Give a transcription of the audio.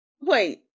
wait